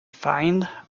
find